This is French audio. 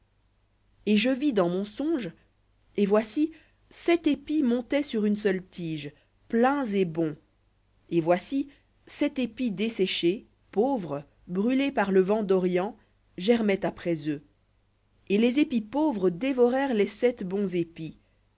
et je vis dans mon songe et voici sept épis montaient sur une seule tige pleins et bons et voici sept épis desséchés pauvres brûlés par le vent d'orient germaient après eux et les épis pauvres dévorèrent les sept bons épis